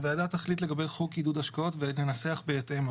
הוועדה תחליט לגבי חוק עידוד השקעות ותנסח בהתאם,